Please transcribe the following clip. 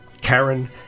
Karen